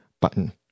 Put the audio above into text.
button